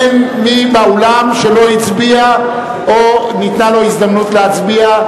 אין באולם מי שלא הצביע או לא ניתנה לו הזדמנות להצביע.